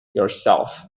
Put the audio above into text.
yourself